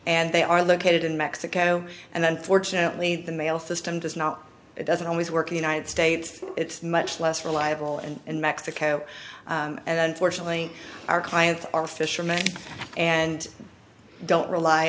and they are located in mexico and unfortunately the mail system does not it doesn't always work the united states it's much less reliable and in mexico and unfortunately our clients are fishermen and don't rely